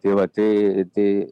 tai va tai tai